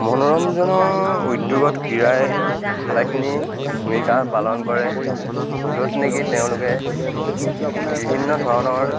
মনোৰঞ্জনৰ উদ্যোগত ক্ৰীড়াই ভালেখিনি ভূমিকা পালন কৰে য'ত নেকি তেওঁলোকে বিভিন্ন ধৰণৰ